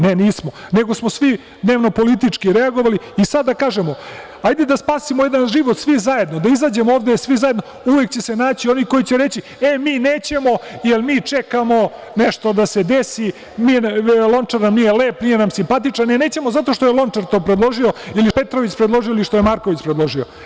Ne, nismo, nego smo svi dnevnopolitički reagovali i sada kažemo – hajde da spasimo jedan život svi zajedno, da izađemo ovde svi zajedno, uvek će se naći oni koji će reći – e, mi nećemo, jer mi čekamo nešto da se desi, Lončar nam nije lep, nije nam simpatičan i nećemo zato što je Lončar to predložio ili što je Petrović predložio ili što je Marković predložio.